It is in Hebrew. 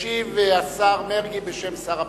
ישיב השר מרגי, בשם שר הפנים.